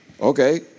Okay